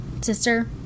sister